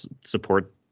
support